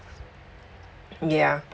yeah